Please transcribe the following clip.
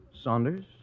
Saunders